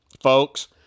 folks